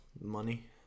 money